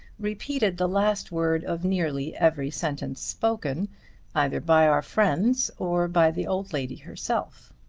repeated the last word of nearly every sentence spoken either by our friends or by the old lady herself.